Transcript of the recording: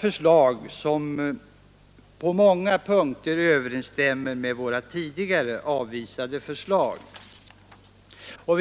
förslag, som på många punkter överensstämmer med våra förut avvisade framställningar.